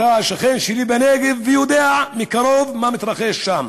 אתה שכן שלי בנגב, ויודע מקרוב מה מתרחש שם.